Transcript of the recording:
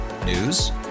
News